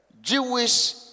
Jewish